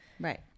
Right